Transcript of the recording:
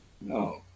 No